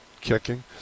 kicking